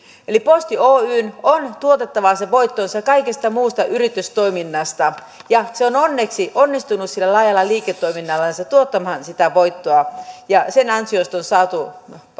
eli posti oyjn on tuotettava se voittonsa kaikesta muusta yritystoiminnasta ja se on onneksi onnistunut sillä laajalla liiketoiminnallansa tuottamaan sitä voittoa ja sen ansiosta on saatu